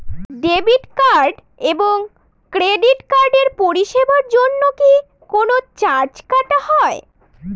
Debit card এবং credit কার্ডের পরিষেবার জন্য কি কোন চার্জ কাটা হয়?